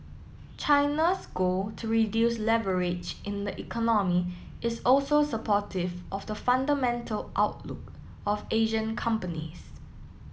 China's goal to reduce leverage in the economy is also supportive of the fundamental outlook of Asian companies